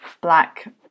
black